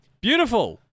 Beautiful